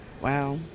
Wow